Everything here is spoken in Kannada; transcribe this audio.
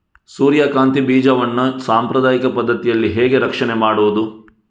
ಸೂರ್ಯಕಾಂತಿ ಬೀಜವನ್ನ ಸಾಂಪ್ರದಾಯಿಕ ಪದ್ಧತಿಯಲ್ಲಿ ಹೇಗೆ ರಕ್ಷಣೆ ಮಾಡುವುದು